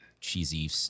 cheesy